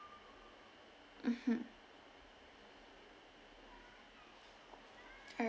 mmhmm alright